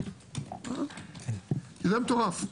זה מטורף.